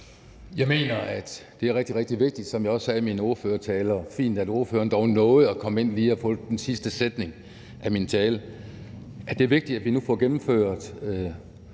Jeg mener, at det er rigtig, rigtig vigtigt, som jeg også sagde i min ordførertale – og det er fint, at ordføreren dog nåede at komme ind og lige få den sidste sætning af min tale – at vi nu får gennemført